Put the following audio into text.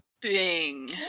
Bing